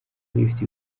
bifite